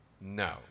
No